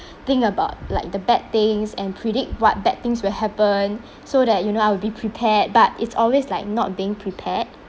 think about like the bad things and predict what bad things will happen so that you know I will be prepared but it's always like not being prepared